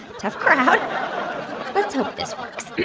tough crowd let's hope this works.